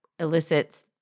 elicits